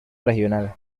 regional